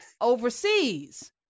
overseas